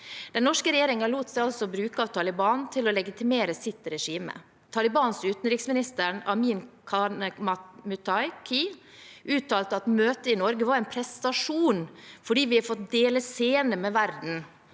Den norske regjeringen lot seg altså bruke av Taliban til å legitimere sitt regime. Talibans utenriksminis ter Amir Khan Muttaqi uttalte at møtet i Norge var en prestasjon fordi de fikk dele scene med verden.